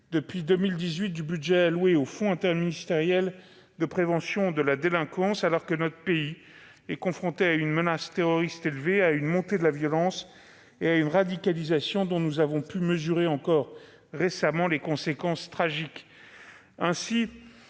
depuis 2018, du budget alloué au fonds interministériel de prévention de la délinquance, alors que notre pays est confronté à une menace terroriste élevée, à une montée de la violence et à une radicalisation dont nous avons pu mesurer encore récemment les conséquences tragiques.